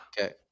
Okay